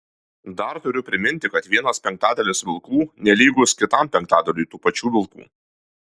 dar turiu priminti kad vienas penktadalis vilkų nelygus kitam penktadaliui tų pačių vilkų